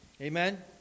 amen